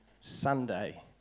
Sunday